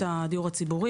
שמדבר על הדיור הציבורי.